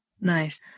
nice